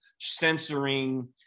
censoring